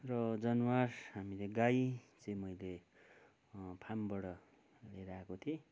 र जानवर हामीले गाई चाहिँ मैले फार्मबाट लिएर आएको थिएँ